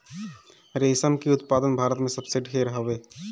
रेशम के उत्पादन भारत में सबसे ढेर होत हवे